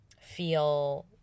feel